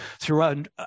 throughout